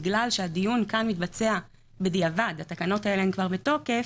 בגלל שהדיון כאן מתבצע בדיעבד והתקנות האלה כבר בתוקף,